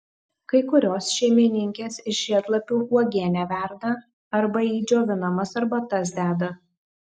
kai kurios šeimininkės iš žiedlapių uogienę verda arba į džiovinamas arbatas deda